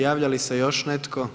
Javlja li se još netko?